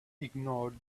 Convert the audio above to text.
ignored